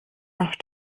noch